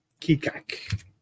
Kikak